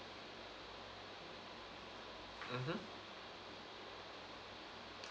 mmhmm